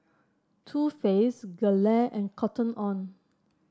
Too Faced Gelare and Cotton On